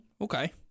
okay